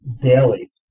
daily